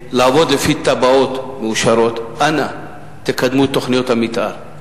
בבחינה פסיכומטרית, או מקרים של אפליה מתקנת בקבלה